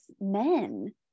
men